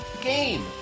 game